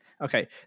Okay